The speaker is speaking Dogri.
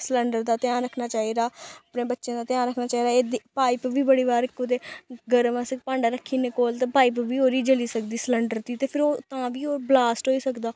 सलैंडर दा ध्यान रक्खना चाहिदा अपने बच्चें दा ध्यान रक्खना चाहिदा एह्दी पाइप बी बड़ी बार कुदै गरम अस भांडा रक्खी ओड़ने कोल ते पाइप बी ओह्दी जली सकदी सलैंडर दी ते फिर ओह तां बी ओह् बलास्ट होई सकदा